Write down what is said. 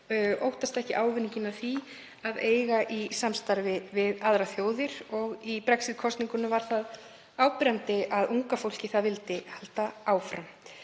óttast ekki ávinninginn af því að eiga í samstarfi við aðrar þjóðir. Í Brexit-kosningunum var það áberandi að unga fólkið vildi halda